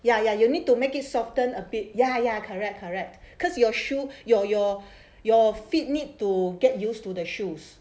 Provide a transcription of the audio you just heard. ya ya you'll need to make it softened a bit ya ya correct correct cause your shoe your your your feet need to get used to the shoes